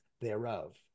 thereof